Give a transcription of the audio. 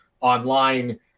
online